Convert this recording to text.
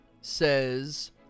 says